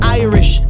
Irish